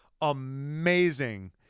Amazing